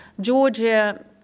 Georgia